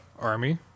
army